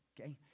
Okay